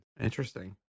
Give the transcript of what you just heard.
Interesting